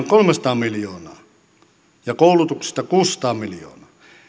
kolmesataa miljoonaa ja koulutuksesta kuusisataa miljoonaa